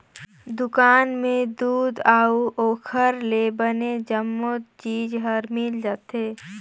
दुकान में दूद अउ ओखर ले बने जम्मो चीज हर मिल जाथे